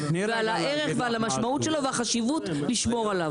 ועל הערך ועל המשמעות שלו ועל החשיבות לשמור עליו.